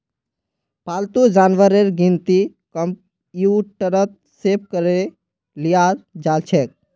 पालतू जानवरेर गिनती कंप्यूटरत सेभ करे लियाल जाछेक